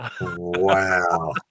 Wow